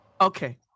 Okay